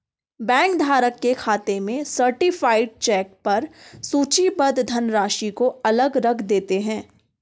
bank धारक के खाते में सर्टीफाइड चेक पर सूचीबद्ध धनराशि को अलग रख देते हैं